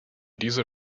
dieser